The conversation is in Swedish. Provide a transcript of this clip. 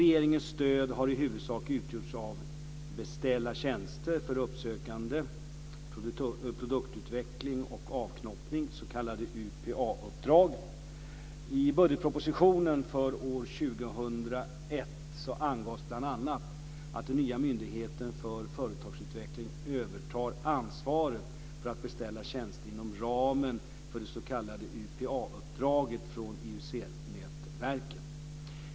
Regeringens stöd har i huvudsak utgjorts av beställda tjänster för uppsökande, produktutveckling och avknoppning, s.k. UPA-uppdrag. I budgetpropositionen för år 2001 angavs bl.a. att den nya myndigheten för företagsutveckling övertar ansvaret för att beställa tjänster inom ramen för det s.k. UPA-uppdraget från IUC-nätverken.